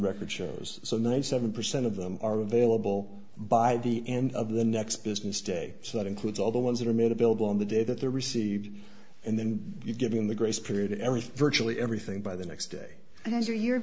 record shows so ninety seven percent of them are available by the end of the next business day so that includes all the ones that are made available on the day that they're received and then you get in the grace period every virtually everything by the next day his or your